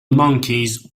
monkeys